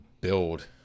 build